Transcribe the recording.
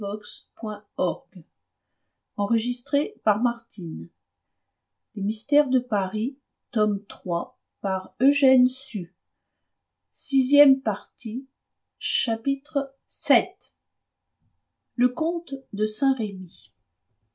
le propriétaire de la maison de son maître vii le comte de saint-remy